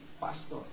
pastor